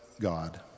God